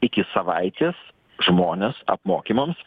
iki savaitės žmones apmokymams